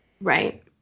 right